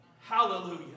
Hallelujah